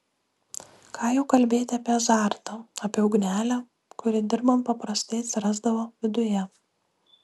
ką jau kalbėti apie azartą apie ugnelę kuri dirbant paprastai atsirasdavo viduje